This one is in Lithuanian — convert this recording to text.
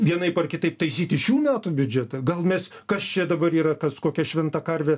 vienaip ar kitaip taisyti šių metų biudžetą gal mes kas čia dabar yra kažkokia šventa karvė